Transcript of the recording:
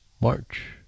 March